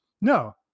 no